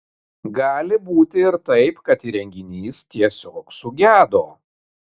gali būti ir taip kad įrenginys tiesiog sugedo